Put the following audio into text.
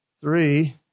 three